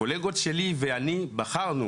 הקולגות שלי ואני בחרנו